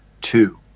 Two